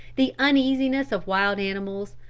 the uneasiness of wild animals,